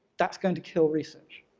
that's going to kill research.